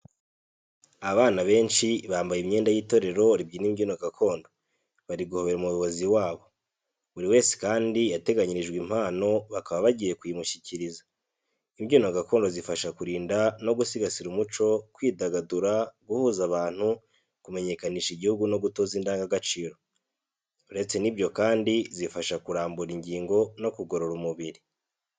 Abana benshi bambaye imyenda y'itorero ribyina imbyino gakondo, bari guhobera umuyobozi wabo. Buri wese kandi yateganyirijwe impano, bakaba bagiye kuyimushyikiriza. Imbyino gakondo zifasha kurinda no gusigasira umuco, kwidagadura, guhuza abantu, kumenyekanisha igihugu no gutoza indangagaciro. Uretse n'ibyo kandi, zifasha kurambura ingingo no kugorora umubiri.